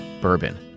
bourbon